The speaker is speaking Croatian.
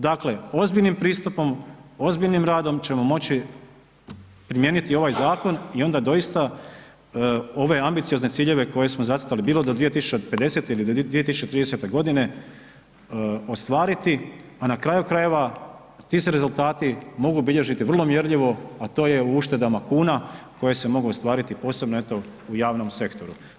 Dakle, ozbiljnim pristupom, ozbiljnim radom ćemo moći primijeniti ovaj zakon i onda doista ove ambiciozne ciljeve koje smo zacrtali, bilo do 2050. ili do 2030.g. ostvariti, a na kraju krajeva ti se rezultati mogu bilježiti vrlo mjerljivo, a to je u uštedama kuna koje se mogu ostvariti posebno eto u javnom sektoru.